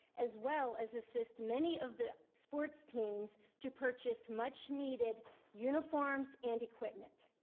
as well as assist many of the sports teams to purchase much needed uniforms and equipment.